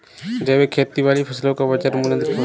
जैविक खेती वाली फसलों का बाजार मूल्य अधिक होता है